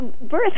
birth